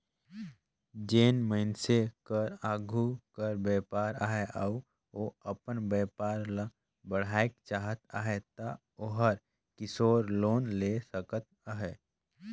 जेन मइनसे कर आघु कर बयपार अहे अउ ओ अपन बयपार ल बढ़ाएक चाहत अहे ता ओहर किसोर लोन ले सकत अहे